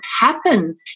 happen